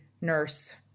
nurse